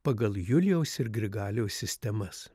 pagal julijaus ir grigaliaus sistemas